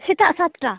ᱥᱮᱛᱟᱜ ᱥᱟᱛᱴᱟ